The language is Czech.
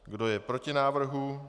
Kdo je proti návrhu?